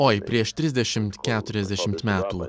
oi prieš trisdešimt keturiasdešimt metų